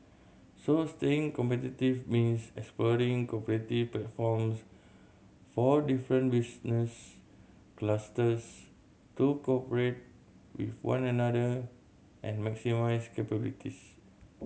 so staying competitive means exploring cooperative platforms for different business clusters to cooperate with one another and maximise capabilities